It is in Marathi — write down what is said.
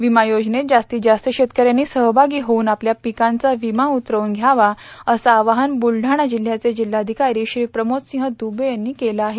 विमा योजनेत जास्तीत जास्त शेतकऱ्यांनी सहभागी होवून आपल्या पिकांचा विमा उतरवून घ्यावा असं आवाहन बुलढाणा जिल्हयाचे जिल्हाधिकारी श्री प्रमोदसिंह दुबे यांनी केलं आहे